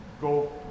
go